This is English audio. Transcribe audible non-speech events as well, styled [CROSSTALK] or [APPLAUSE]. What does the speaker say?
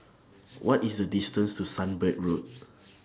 [NOISE] What IS The distance to Sunbird Road